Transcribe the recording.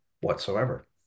whatsoever